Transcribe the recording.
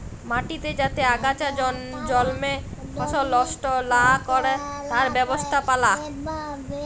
মাটিতে যাতে আগাছা জল্মে ফসল লস্ট লা ক্যরে তার ব্যবস্থাপালা